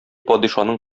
падишаның